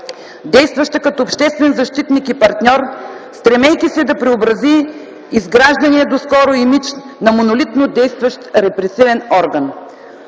действаща като обществен защитник и партньор, стремейки се да преобрази изграждания доскоро имидж на монолитно действащ репресивен орган.